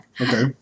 Okay